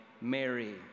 Mary